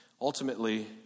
Ultimately